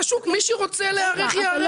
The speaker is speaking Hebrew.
השוק, מי שרוצה להיערך ייערך.